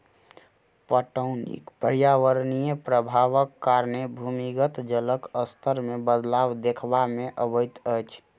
पटौनीक पर्यावरणीय प्रभावक कारणें भूमिगत जलक स्तर मे बदलाव देखबा मे अबैत अछि